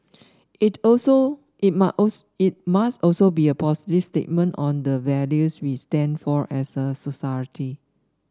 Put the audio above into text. it also it must it must also be a positive statement on the values we stand for as a society